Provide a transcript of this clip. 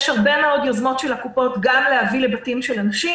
יש הרבה מאוד יוזמות של הקופות להביא לבתים של אנשים,